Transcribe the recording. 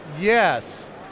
yes